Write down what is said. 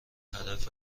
هدف